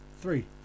three